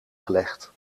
gelegd